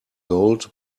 gold